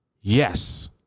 Yes